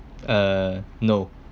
uh no